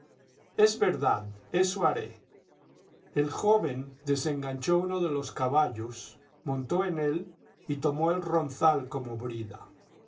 es verdad eso haré el joven desenganchó uno de los caballos montó en él y tomó el ronzal como brida